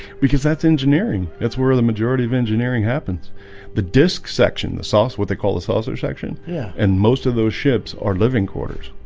because that's engineering that's where the majority of engineering happens the disk section the sauce what they call the saucer section yeah, and most of those ships are living quarters.